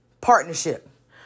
Partnership